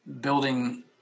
building